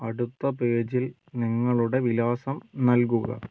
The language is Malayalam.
അടുത്ത പേജിൽ നിങ്ങളുടെ വിലാസം നൽകുക